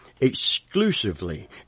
exclusively